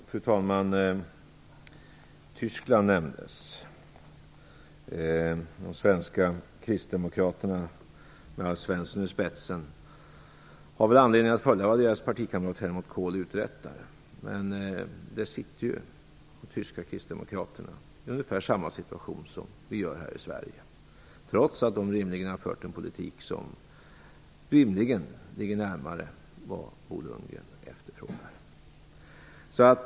Fru talman! Tyskland nämndes. De svenska kristdemokraterna med Alf Svensson i spetsen har anledning att följa vad deras partikamrat Helmut Kohl uträttar. Men de tyska kristdemokraterna sitter ju i ungefär samma situation som vi gör här i Sverige, trots att de har fört en politik som rimligen ligger närmare vad Bo Lundgren efterfrågar.